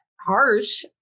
harsh